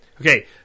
okay